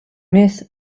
més